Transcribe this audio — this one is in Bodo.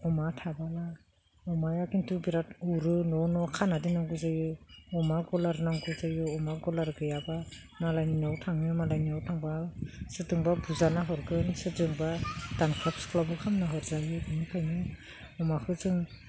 अमा थायोब्ला अमाया किन्तु बिराद उरो न' न' खाना दोननांगौ जायो अमा गला नांगौ जायो अमा गला गैयाबा मालायनि न'आव थाङो मालायनियाव थांबा सोरजोंबा बुजाना हरगोन सोरजोंबा दांख्लब सुख्लब खालामना हरजायो बेनिखायनो अमाखौ जों